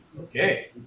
Okay